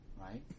Right